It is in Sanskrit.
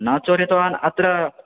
न चोरितवान् अत्र